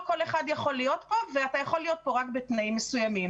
כל אחד יכול להיות פה וילד יכול להיות פה רק בתנאים מסוימים.